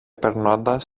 περνώντας